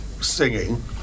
singing